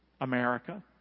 America